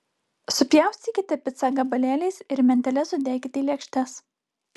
supjaustykite picą gabalėliais ir mentele sudėkite į lėkštes